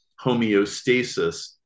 homeostasis